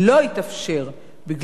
בגלל הייעוץ המשפטי,